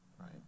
right